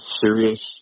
serious